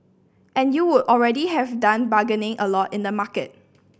and you would already have done bargaining a lot in the market